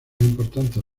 importantes